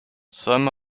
some